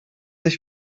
ich